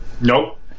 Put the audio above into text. Nope